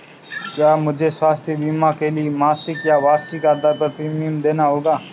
क्या मुझे स्वास्थ्य बीमा के लिए मासिक या वार्षिक आधार पर प्रीमियम देना होगा?